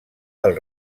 del